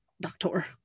doctor